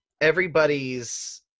everybody's